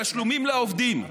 התשלומים לעובדים,